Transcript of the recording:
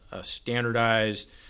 standardized